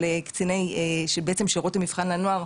של קציני שרות המבחן לנוער,